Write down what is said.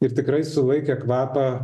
ir tikrai sulaikę kvapą